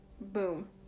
Boom